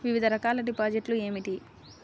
వివిధ రకాల డిపాజిట్లు ఏమిటీ?